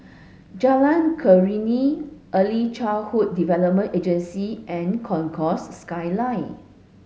Jalan Keruing Early Childhood Development Agency and Concourse Skyline